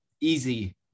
easy